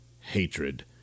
hatred